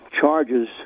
charges